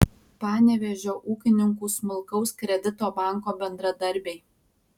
panevėžio ūkininkų smulkaus kredito banko bendradarbiai